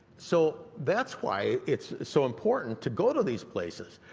so that's why it's so important to go to these places,